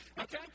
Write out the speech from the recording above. Okay